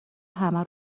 همه